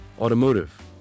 automotive